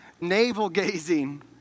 navel-gazing